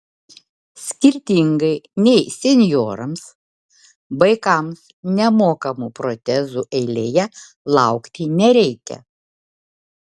skirtingai nei senjorams vaikams nemokamų protezų eilėje laukti nereikia